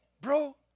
bro